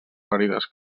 ferides